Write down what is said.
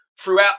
throughout